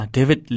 David